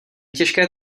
těžké